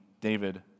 David